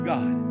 God